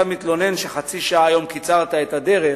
אתה מתלונן שבחצי שעה קיצרת את הדרך